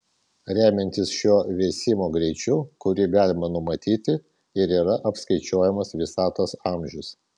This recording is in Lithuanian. remiantis šiuo vėsimo greičiu kurį galima numatyti ir yra apskaičiuojamas visatos amžius